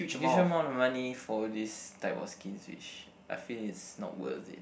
usual amount of money for this type of skins which I feel is not worth it